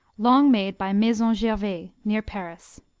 long made by maison gervais, near paris.